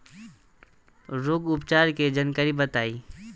रोग उपचार के जानकारी बताई?